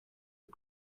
you